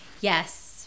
Yes